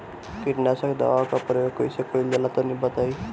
कीटनाशक दवाओं का प्रयोग कईसे कइल जा ला तनि बताई?